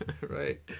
Right